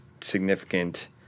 significant